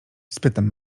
spytam